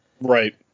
right